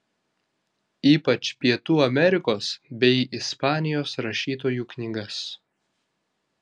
ypač pietų amerikos bei ispanijos rašytojų knygas